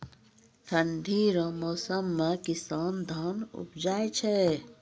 ठंढी रो मौसम मे किसान धान उपजाय छै